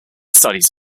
studies